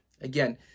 Again